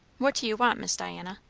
what do you want, miss diana?